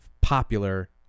popular